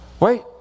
Wait